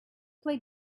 play